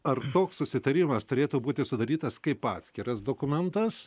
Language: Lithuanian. ar toks susitarimas turėtų būti sudarytas kaip atskiras dokumentas